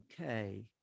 Okay